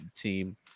team